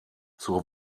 zur